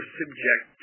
subject